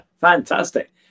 fantastic